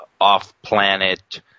off-planet